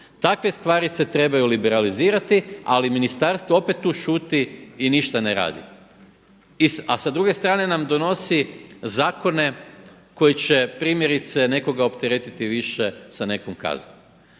Takve stvari se trebaju liberalizirati, ali ministarstvo opet tu šuti i ništa ne radi. A sa druge strane nam donosi zakone koji će primjerice nekoga opteretiti više sa nekom kaznom.